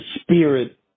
spirit